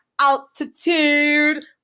Altitude